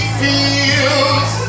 feels